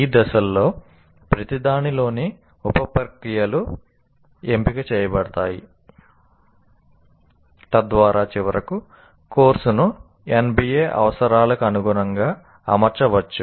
ఈ దశల్లో ప్రతిదానిలోని ఉప ప్రక్రియలు ఎంపిక చేయబడతాయి తద్వారా చివరకు కోర్సును NBA అవసరాలకు అనుగుణంగా అమర్చవచ్చు